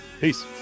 Peace